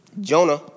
Jonah